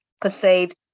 perceived